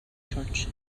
church